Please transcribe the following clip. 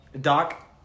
Doc